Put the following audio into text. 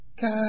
God